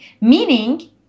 meaning